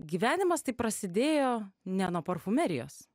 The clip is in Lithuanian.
gyvenimas taip prasidėjo ne nuo parfumerijos